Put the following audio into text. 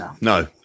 No